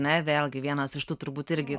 ne vėlgi vienas iš tų turbūt irgi